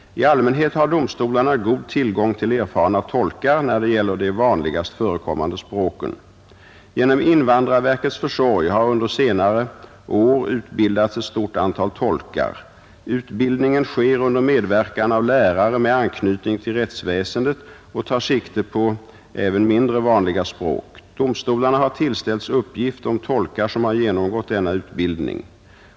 I allmänhet har domstolarna god tillgång till erfarna tolkar när det gäller de vanligast förekommande språken. Genom invandrarverkets försorg har under senare år utbildats ett stort antal tolkar. Utbildningen sker under medverkan av lärare med anknytning till rättsväsendet och tar sikte på även mindre vanliga språk. Domstolarna har tillställts uppgift om tolkar som har genomgått denna utbildning.